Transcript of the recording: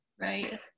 Right